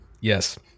Yes